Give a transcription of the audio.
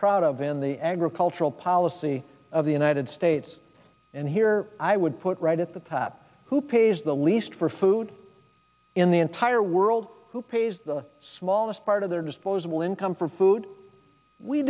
proud of in the agricultural policy of the united states and here i would put right at the top who pays the least for food in the entire world who pays the smallest part of their disposable income for food we